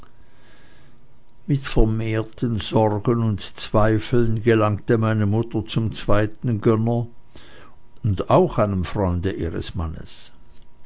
mit vermehrten sorgen und zweifeln gelangte meine mutter zum zweiten gönner und auch einem freunde ihres mannes